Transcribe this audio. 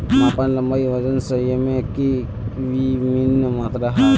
मापन लंबाई वजन सयमेर की वि भिन्न मात्र जाहा?